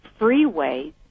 freeways